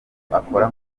akora